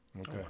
okay